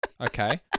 Okay